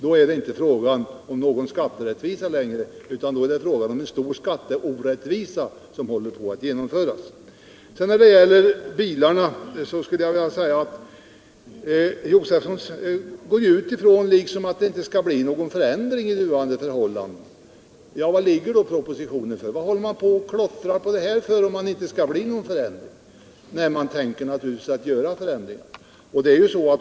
Då är det inte längre medelstora fråga om någon skatterättvisa — då är det en stor skatteorättvisa som företagens utveckhåller på att genomföras. ling, m.m. När det gäller bilarna utgår Stig Josefson ifrån att det inte skall bli någon förändring av nuvarande förhållanden. Varför har man då framlagt propositionen? Varför håller man på och plottrar med det här, om det inte skall bli någon förändring? Man tänker naturligtvis företa förändringar.